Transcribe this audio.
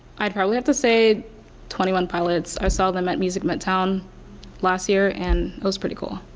i'd probably have to say twenty one pilots. i saw them at music midtown last year and it was pretty cool.